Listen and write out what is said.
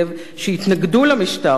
שהתנגדו למשטר שלהם,